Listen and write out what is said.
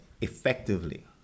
effectively